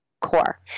core